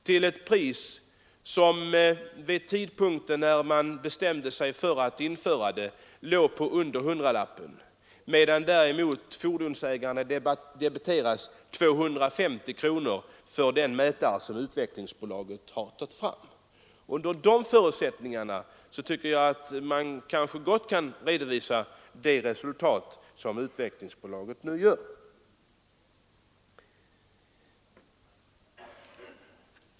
Vid den tidpunkt när man bestämde sig för att införa kilometerräknarna hade de tyska mätarna ett pris som låg under hundralappen, medan fordonsägarna har debiterats 250 kronor för den mätare som Utvecklingsbolaget har tagit fram. Under sådana förhållanden förstår jag gott att Utvecklingsbolaget kan redovisa det resultat som det pekar på.